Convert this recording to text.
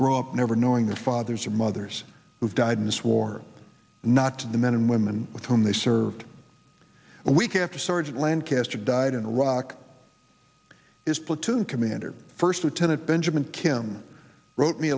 grow up never knowing the fathers or mothers who've died in this war not to the men and women with whom they served and week after sergeant lancaster died in iraq his platoon commander first lieutenant benjamin kim wrote me